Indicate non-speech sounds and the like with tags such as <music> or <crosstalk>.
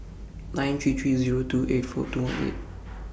nine three three Zero two eight four two <noise> one eight